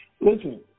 Listen